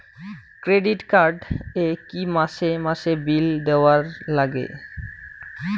Credit card এ কি মাসে মাসে বিল দেওয়ার লাগে?